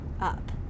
up